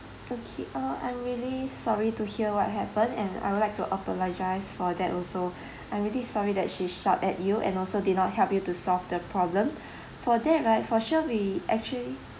okay uh I'm really sorry to hear what happen and I would like to apologise for that also I'm really sorry that she shout at you and also did not help you to solve the problem for that right for sure we actually